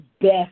best